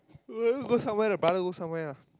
go somewhere th brother go somewhere lah